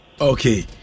Okay